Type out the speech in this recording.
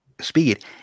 speed